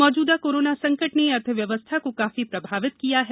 मौजूदा कोरोना संकट ने अर्थव्यवस्था को काफी प्रभावित किया है